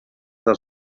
del